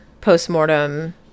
postmortem